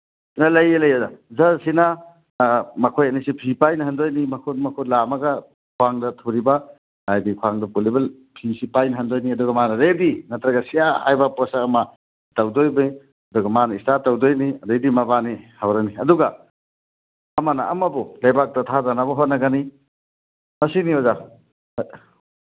ꯑ ꯂꯩꯌꯦ ꯂꯩꯌꯦ ꯑꯣꯖꯥ ꯖꯁꯁꯤꯅ ꯃꯈꯣꯏ ꯑꯅꯤꯁꯤ ꯐꯤ ꯄꯥꯏꯅꯍꯟꯗꯣꯏꯅꯤ ꯃꯈꯨꯠ ꯃꯈꯨꯠ ꯂꯥꯝꯃꯒ ꯈ꯭ꯋꯥꯡꯗ ꯊꯨꯔꯤꯕ ꯍꯥꯏꯗꯤ ꯈ꯭ꯋꯥꯡꯗ ꯄꯨꯜꯂꯤꯕ ꯐꯤꯁꯤ ꯄꯥꯏꯅꯍꯟꯗꯣꯏꯅꯤ ꯑꯗꯨꯒ ꯃꯥꯅ ꯔꯦꯗꯤ ꯅꯠꯇ꯭ꯔꯒ ꯁ꯭ꯌꯥ ꯍꯥꯏꯕ ꯄꯣꯠꯁꯛ ꯑꯃ ꯇꯧꯗꯣꯔꯤꯕꯅꯤ ꯅꯠꯇ꯭ꯔꯒ ꯃꯥꯅ ꯏꯁꯇꯥꯔꯠ ꯇꯧꯗꯣꯏꯅꯤ ꯑꯗꯩꯗꯤ ꯃꯕꯥꯅꯤ ꯍꯧꯔꯅꯤ ꯑꯗꯨꯒ ꯑꯃꯅ ꯑꯃꯕꯨ ꯂꯩꯕꯥꯛꯇ ꯊꯥꯗꯅꯕ ꯍꯣꯠꯅꯒꯅꯤ ꯃꯁꯤꯅꯤ ꯑꯣꯖꯥ ꯍꯣꯏ